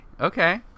Okay